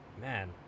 man